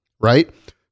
right